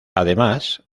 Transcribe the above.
además